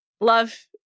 love